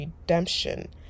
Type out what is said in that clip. redemption